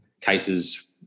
cases